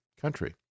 country